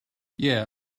yeah